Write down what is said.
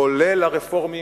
כולל הרפורמים,